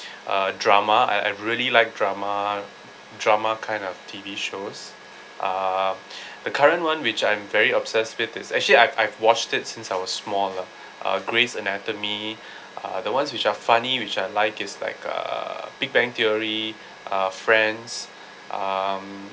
uh drama I I really like drama drama kind of T_V shows um the current [one] which I'm very obsessed with is actually I've I've watched it since I was small lah grey's anatomy uh the ones which are funny which I like is like uh big bang theory uh friends um